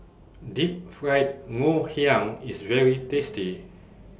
Deep Fried Ngoh Hiang IS very tasty